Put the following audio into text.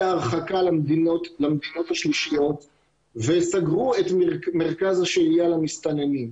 ההרחבה למדינות השלישיות וסגרו את מרכז השהייה למסתננים.